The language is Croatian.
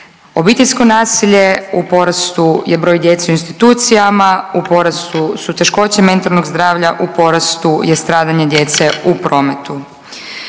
obiteljsko nasilje, u porastu je broj djece u institucijama, u porastu su teškoće mentalnog zdravlja, u porastu je stradanje djece u prometu.